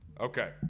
Okay